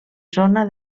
zona